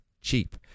cheap